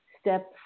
step